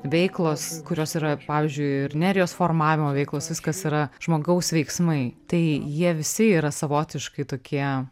veiklos kurios yra pavyzdžiui ir nerijos formavimo veiklos viskas yra žmogaus veiksmai tai jie visi yra savotiškai tokie